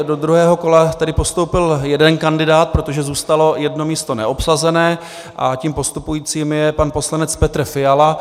Do druhého kola tedy postoupil jeden kandidát, protože zůstalo jedno místo neobsazené, a tím postupujícím je pan poslanec Petr Fiala.